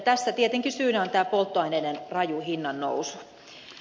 tässä tietenkin syynä on tämä polttoaineiden raju hinnannousu